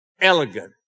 elegant